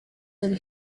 del